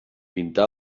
pintà